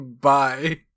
bye